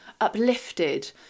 uplifted